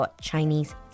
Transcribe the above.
Chinese